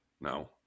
no